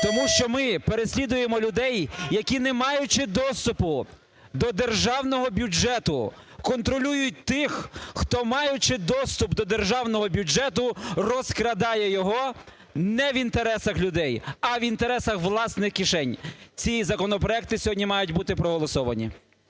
Тому що ми переслідуємо людей, які, не маючи доступу до державного бюджету, контролюють тих, хто, маючи доступ до державного бюджету, розкрадає його не в інтересах людей, а в інтересах власних кишень. Ці законопроекти сьогодні мають бути проголосовані.